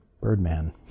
Birdman